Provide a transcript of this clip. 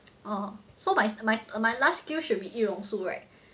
oh so my my uh my last skill should be 易容术 right